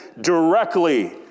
directly